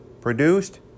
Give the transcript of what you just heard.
produced